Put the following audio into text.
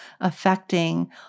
affecting